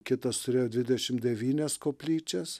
kitas turėjo dvidešimt devynias koplyčias